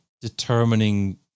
determining